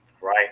right